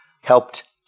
helped